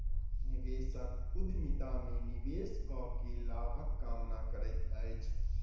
निवेशक उद्यमिता में निवेश कअ के लाभक कामना करैत अछि